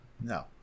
No